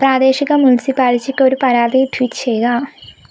പ്രാദേശിക മുനിസിപ്പാലിറ്റിക്ക് ഒരു പരാതി ട്വീറ്റ് ചെയ്യുക